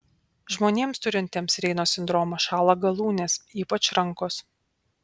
žmonėms turintiems reino sindromą šąla galūnės ypač rankos